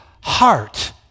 heart